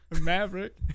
Maverick